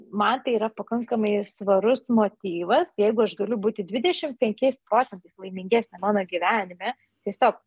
man tai yra pakankamai svarus motyvas jeigu aš galiu būti dvidešim penkiais procentais laimingesnė mano gyvenime tiesiog